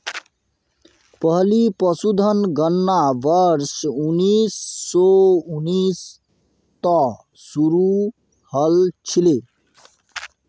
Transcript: पहली पशुधन गणना वर्ष उन्नीस सौ उन्नीस त शुरू हल छिले